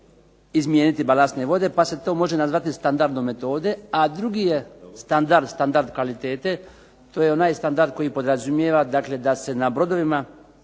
izmijeniti balastne vode pa se to može nazvati standardom metode. A drugi je, standard kvalitete, to je onaj standard koji podrazumijeva da se na brodovima